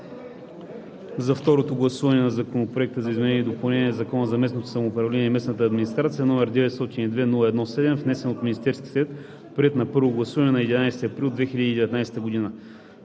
за второто гласуване на Законопроект за изменение и допълнение на Закона за местното самоуправление и местната администрация, № 902-01-7, внесен от Министерския съвет, приет на първо гласуване на 11 април 2019 г.